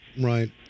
right